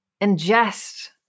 ingest